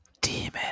Demon